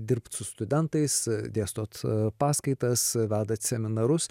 dirbt su studentais dėstot paskaitas vedat seminarus